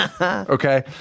Okay